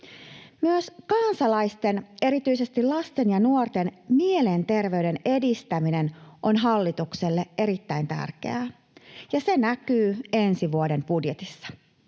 Myös kansalaisten, erityisesti lasten ja nuorten, mielenterveyden edistäminen on hallitukselle erittäin tärkeää, ja se näkyy ensi vuoden budjetissa.